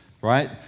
right